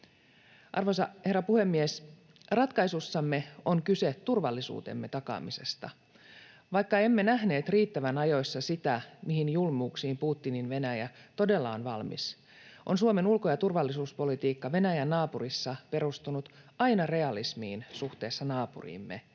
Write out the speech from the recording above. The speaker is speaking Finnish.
Arvoisa herra puhemies! Ratkaisussamme on kyse turvallisuutemme takaamisesta. Vaikka emme nähneet riittävän ajoissa sitä, mihin julmuuksiin Putinin Venäjä todella on valmis, on Suomen ulko- ja turvallisuuspolitiikka Venäjän naapurissa perustunut aina realismiin suhteessa naapuriimme ja